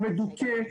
מדוכא,